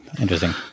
Interesting